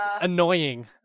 annoying